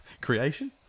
creation